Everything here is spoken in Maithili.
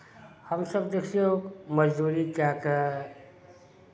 हमसभ देखियौ मजदूरी कए कऽ